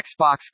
Xbox